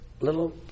little